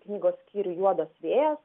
knygos skyrių juodas vėjas